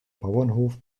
bauernhof